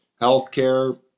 healthcare